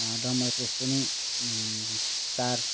dumbbell press पनि चार